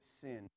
sin